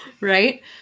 Right